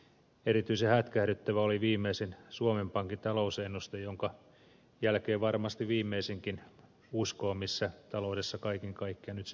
erityisen hätkähdyttävä oli viimeisin suomen pankin talousennuste jonka jälkeen varmasti viimeisinkin uskoo missä taloudessa kaiken kaikkiaan nyt sitten mennään